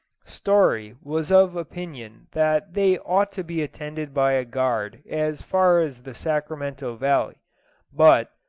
story was of opinion that they ought to be attended by a guard as far as the sacramento valley but,